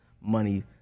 money